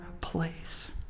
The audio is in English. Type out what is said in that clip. place